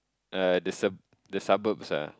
yeah the sub~ the suburbs ah